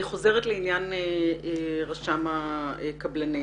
אני חוזרת לעניין רשם הקבלנים.